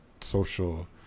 social